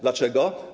Dlaczego?